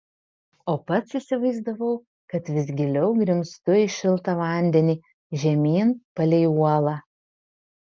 o pats įsivaizdavau kad vis giliau grimztu į šiltą vandenį žemyn palei uolą